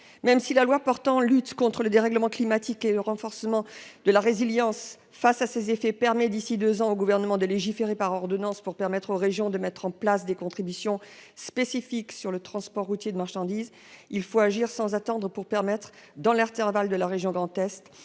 Même si la loi portant lutte contre le dérèglement climatique et renforcement de la résilience face à ses effets permet au Gouvernement, d'ici deux ans, de légiférer par ordonnance pour permettre aux régions de mettre en place des contributions spécifiques sur le transport routier de marchandises, il faut agir sans attendre pour permettre, dans l'intervalle, à la région Grand Est